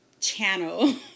channel